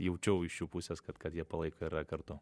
jaučiau iš jų pusės kad kad jie palaiko yra kartu